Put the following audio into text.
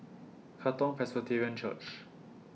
Katong Presbyterian Church